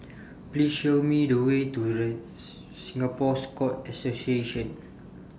Please Show Me The Way to Singapore Scout Association